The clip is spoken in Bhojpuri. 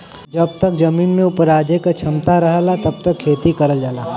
जब तक जमीन में उपराजे क क्षमता रहला तब तक खेती करल जाला